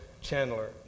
Chandler